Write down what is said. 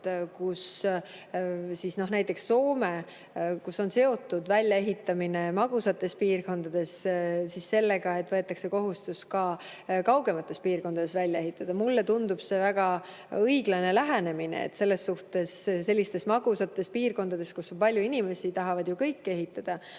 praktikat, näiteks Soomet, kus väljaehitamine magusates piirkondades on seotud sellega, et võetakse kohustus ka kaugemates piirkondades see välja ehitada. Mulle tundub see väga õiglase lähenemisena. Sellistes magusates piirkondades, kus on palju inimesi, tahavad ju kõik ehitada,